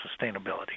sustainability